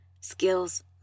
skills